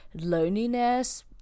loneliness